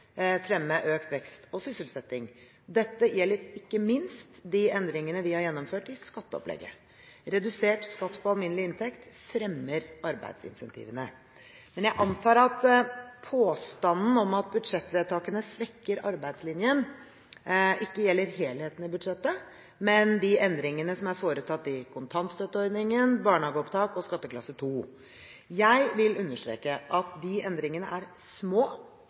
fremme økt vekst og sysselsetting. Dette gjelder ikke minst de endringene vi har gjennomført i skatteopplegget. Redusert skatt på alminnelig inntekt fremmer arbeidsincentivene. Jeg antar at påstanden om at budsjettvedtakene svekker arbeidslinjen, ikke gjelder helheten i budsjettet, men de endringene som er foretatt i kontantstøtteordningen, barnehageopptak og skatteklasse 2. Jeg vil understreke at de endringene er små